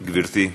גברתי,